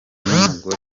n’umugore